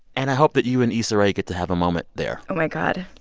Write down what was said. and i hope that you and issa rae get to have a moment there oh, my god.